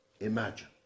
Imagine